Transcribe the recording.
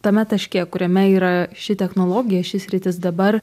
tame taške kuriame yra ši technologija ši sritis dabar